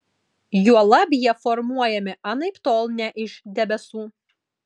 juolab jie formuojami anaiptol ne iš debesų